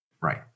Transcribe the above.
Right